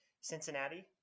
Cincinnati